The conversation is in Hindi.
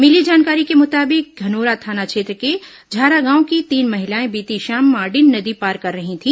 मिली जानकारी के मुताबिक धनोरा थाना क्षेत्र के झारागांव की तीन महिलाएं बीती शाम माडिन नदी पार कर रही थी